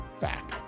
back